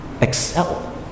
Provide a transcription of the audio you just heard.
excel